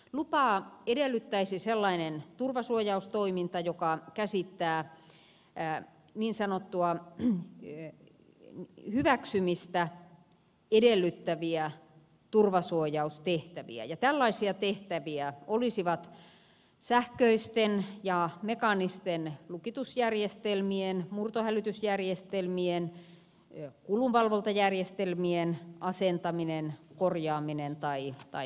lupaa edellyttäisi sellainen turvasuojaustoiminta joka käsittää niin sanottua hyväksymistä edellyttäviä turvasuojaustehtäviä ja tällaisia tehtäviä olisivat sähköisten ja mekaanisten lukitusjärjestelmien murtohälytysjärjestelmien kulunvalvontajärjestelmien asentaminen korjaaminen tai muuttaminen